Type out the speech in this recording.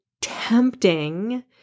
tempting